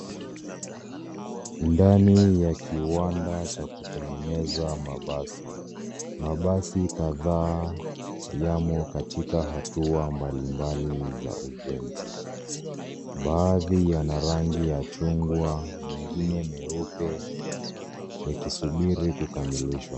Ndani ya kiwanda cha kutengeneza mabasi, mabasi kadhaa yamo katika hatua mbalimbali za ujenzi. Baadhi yana rangi ya chungwa, mengine meupe yakisubiri kukamilishwa.